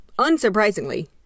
unsurprisingly